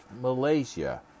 Malaysia